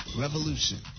revolution